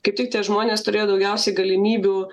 kaip tik tie žmonės turėjo daugiausiai galimybių